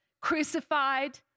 crucified